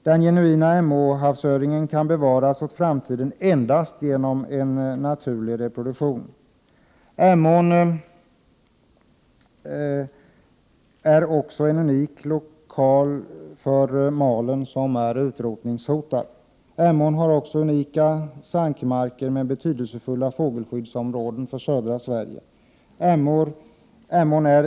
Den genuina Emå-havsöringen kan bevaras:åt framtiden endast genom en naturlig reproduktion. Emån är också en unik lokal för malen, som är utrotningshotad. Vid Emån finns dessutom unika sankmarker med betydelsefulla fågelskyddsområden för södra Sverige.